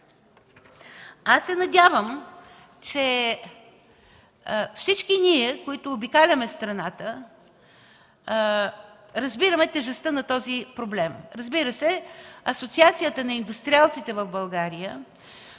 това. Надявам се, че всички ние, които обикаляме страната, разбираме тежестта на този проблем. Разбира се, Асоциацията на индустриалците в България,